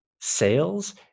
Sales